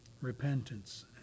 repentance